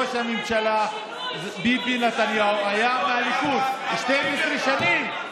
ראש הממשלה ביבי נתניהו היה מהליכוד, 12 שנים,